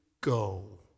go